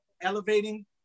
elevating